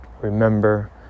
Remember